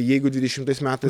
jeigu dvidešimtais metais